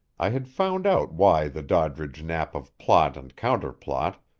i had found out why the doddridge knapp of plot and counterplot,